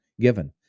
given